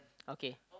okay